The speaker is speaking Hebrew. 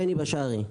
בני בשארי.